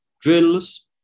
drills